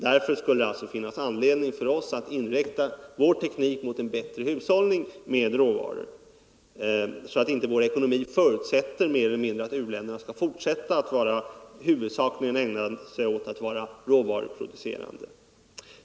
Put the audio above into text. Därför skulle det ändå finnas anledning för oss att inrikta vår teknik mot en bättre hushållning med råvaror, så att inte vår ekonomi mer eller mindre förutsätter att u-länderna skall fortsätta att huvudsakligen vara råvaruproducenter.